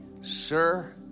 sir